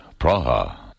Praha